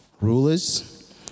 rulers